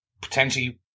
potentially